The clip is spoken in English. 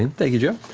and thank you, joe.